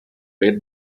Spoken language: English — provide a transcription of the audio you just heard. plate